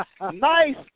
Nice